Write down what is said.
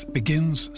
begins